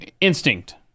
instinct